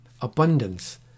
abundance